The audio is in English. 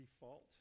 default